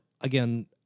again